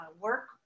work